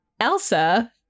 Elsa